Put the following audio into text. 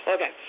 Okay